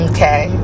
Okay